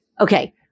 okay